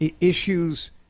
issues